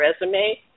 resume